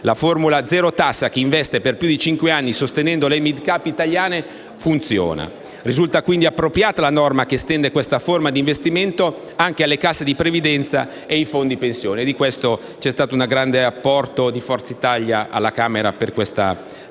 La formula zero tasse a chi investe per più di cinque anni sostenendo le Mid Cap italiane funziona. Risulta quindi appropriata la norma che estende questa forma di investimento anche alle casse di previdenza e ai fondi pensione. Per questa particolare eccezione c'è stato un grande apporto di Forza Italia alla Camera dei deputati.